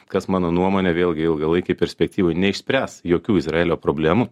kas mano nuomone vėlgi ilgalaikėj perspektyvoj neišspręs jokių izraelio problemų